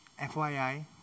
FYI